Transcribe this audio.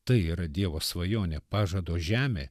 tai yra dievo svajonė pažado žemė